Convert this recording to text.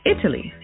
Italy